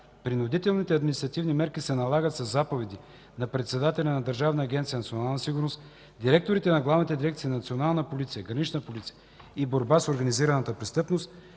„Принудителните административни мерки се налагат със заповеди на председателя на Държавна агенция „Национална сигурност”, директорите на главните дирекции „Национална полиция”, „Гранична полиция” и „Борба с организираната престъпност”,